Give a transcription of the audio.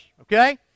okay